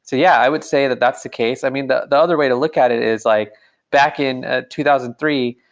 so yeah. i would say that that's the case. i mean, that the other way to look at it is like back in ah two thousand and three,